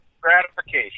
gratification